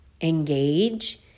engage